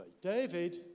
David